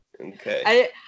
Okay